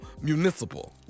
municipal